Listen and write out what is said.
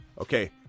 Okay